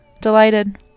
delighted